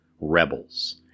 Rebels